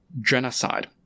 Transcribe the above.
genocide